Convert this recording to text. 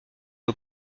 aux